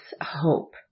hope